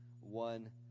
one